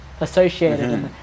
associated